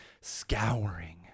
Scouring